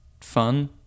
fun